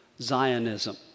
Zionism